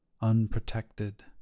unprotected